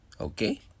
okay